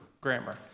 grammar